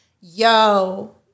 yo